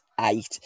eight